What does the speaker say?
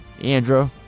Andrew